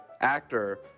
actor